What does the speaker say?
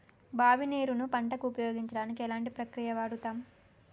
బావి నీరు ను పంట కు ఉపయోగించడానికి ఎలాంటి ప్రక్రియ వాడుతం?